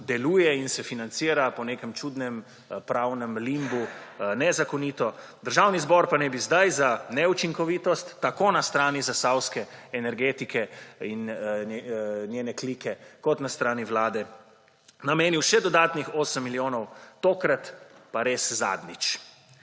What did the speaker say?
deluje in se financira po nekem čudnem pravnem limbu, nezakonito, Državni zbor pa naj bi zdaj za neučinkovitost tako na strani zasavske energetike in njene klike kot na strani Vlade namenil še dodatnih 8 milijonov, tokrat pa res zadnjič.